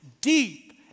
deep